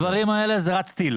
בדברים האלה, זה רץ טיל.